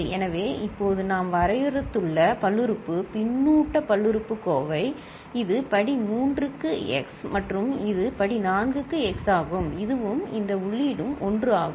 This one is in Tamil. எனவே இப்போது நாம் வரையறுத்துள்ள பல்லுறுப்பு பின்னூட்டப் பல்லுறுப்புக்கோவை இது படி 3 க்கு x மற்றும் இது படி 4 க்கு x ஆகும் இதுவும் இந்த உள்ளீடும் 1 ஆகும்